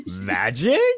magic